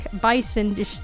Bison